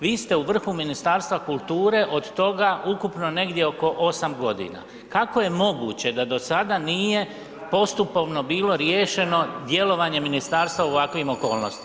Vi ste u vrhu Ministarstva kulture od toga ukupno negdje oko 8.g. Kako je moguće da do sada nije postupovno bilo riješeno djelovanje ministarstva u ovakvim okolnostima?